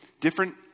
Different